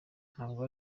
ntabwo